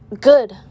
good